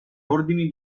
ordini